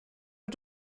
are